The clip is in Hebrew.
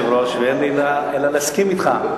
היושב-ראש, ואין לי אלא להסכים אתך.